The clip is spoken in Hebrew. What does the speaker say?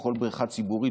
בכל בריכה ציבורית,